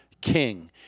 king